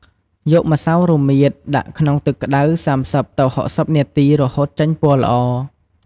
យកម្សៅរមៀត ដាក់ក្នុងទឹកក្ដៅ ៣០ ទៅ ៦០នាទី រហូតចេញពណ៌ល្អ។